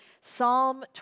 Psalm